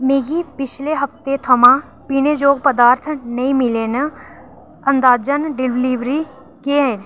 मिगी पिछले हफ्ते थमां पीनेजोग पदार्थ नेईं मिले न अंदाजन डलीवरी केह् ऐ